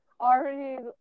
Already